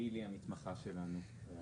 וגילי המתמחה שלנו.